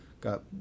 got